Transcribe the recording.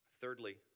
Thirdly